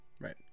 right